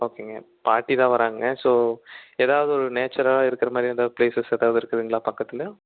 ஓகேங்க பாட்டி தான் வராங்கங்க ஸோ ஏதாவது ஒரு நேச்சராக இருக்கிற மாதிரி ஏதாவது பிளேசஸ் ஏதாவது இருக்குதுங்களா பக்கத்தில்